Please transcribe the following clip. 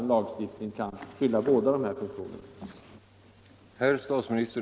En lagstiftning kan fylla båda dessa funktioner.